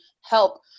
help